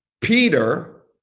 Peter